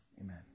Amen